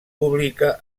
publica